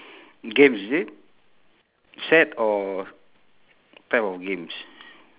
games is it set or type of games